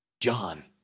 John